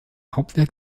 hauptwerk